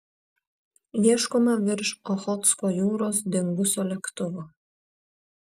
ieškoma virš ochotsko jūros dingusio lėktuvo